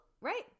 right